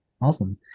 Awesome